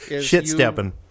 Shit-stepping